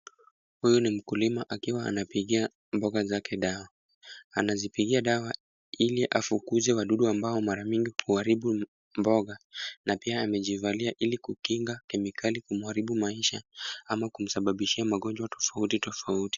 Huyu ni mkulima akiwa anapigia mboga zake dawa. Anazipigia dawa ili afukuze wadudu ambao mara mingi huharibu mboga na pia amejivalia ili kukinga kemikali kumharibu maisha ama kumsababishia magonjwa tofauti tofauti.